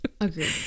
Agreed